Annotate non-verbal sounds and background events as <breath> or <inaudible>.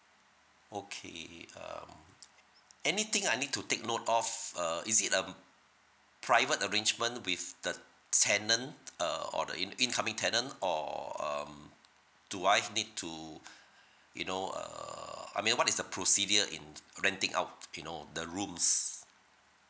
okay um anything I need to take note of uh is it um private arrangement with the tenant uh or the in~ incoming tenant or um do I've need to <breath> you know uh I mean what is the procedure in renting out you know the rooms